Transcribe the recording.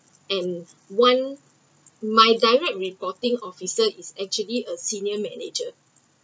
and one my direct reporting officer is actually a senior manager